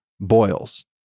Boils